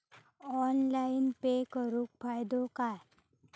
Online pay करुन फायदो काय?